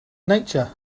nature